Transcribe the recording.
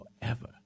forever